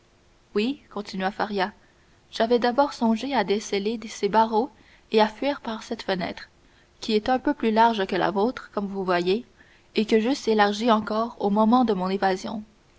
oui continua faria j'avais d'abord songé à desceller ces barreaux et à fuir par cette fenêtre qui est un peu plus large que la vôtre comme vous voyez et que j'eusse élargie encore au moment de mon évasion